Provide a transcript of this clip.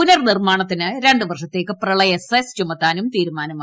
പുനർ നിർമ്മാണത്തിന് രണ്ടു വർഷത്തേക്ക് പ്രളയ സെസ് ചുമ ത്താനും തീരുമാനമായി